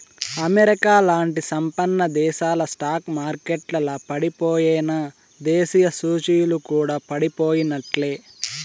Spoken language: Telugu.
అమెరికాలాంటి సంపన్నదేశాల స్టాక్ మార్కెట్లల పడిపోయెనా, దేశీయ సూచీలు కూడా పడిపోయినట్లే